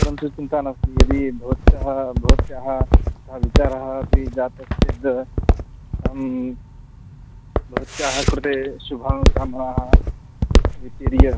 परन्तु चिन्ता नास्ति यदि भवत्याः भवत्याः तथा विचारः अपि जातश्चेद् अहं भवत्याः कृते शुभाः कामनाः वितीर्य